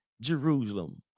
Jerusalem